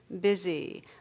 busy